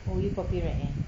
oh you copyright eh